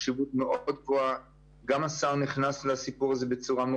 יש ריבוי שחקנים שפועלים להשפיע,